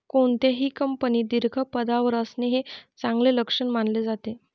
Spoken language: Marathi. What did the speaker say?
कोणत्याही कंपनीत दीर्घ पदावर असणे हे चांगले लक्षण मानले जाते